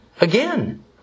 again